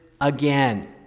again